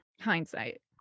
Hindsight